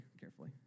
carefully